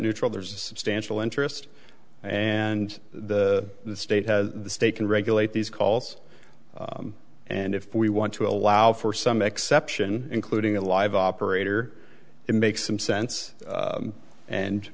neutral there's a substantial interest and the state has the state can regulate these calls and if we want to allow for some exception including a live operator it makes some sense